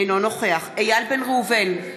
אינו נוכח איל בן ראובן,